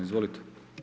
Izvolite.